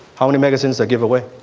how many magazines i give away.